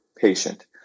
patient